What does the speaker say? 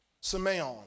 simeon